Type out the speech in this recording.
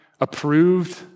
approved